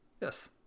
Yes